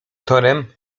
tonem